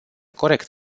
corect